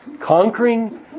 conquering